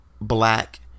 black